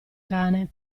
cane